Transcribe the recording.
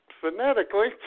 phonetically